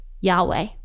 Yahweh